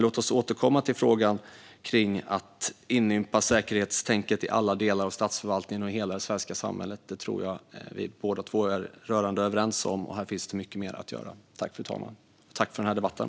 Låt oss återkomma till frågan om att inympa säkerhetstänket i alla delar av statsförvaltningen och i hela det svenska samhället! Detta tror jag att vi båda två är rörande överens om. Här finns det mycket mer att göra. Tack för debatten!